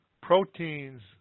proteins